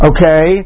Okay